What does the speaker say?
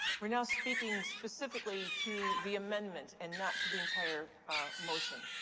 we're now speaking specifically to the amendment and not to the entire motion.